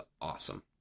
awesome